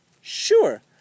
Sure